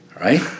right